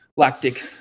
lactic